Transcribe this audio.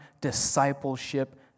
discipleship